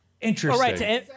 Interesting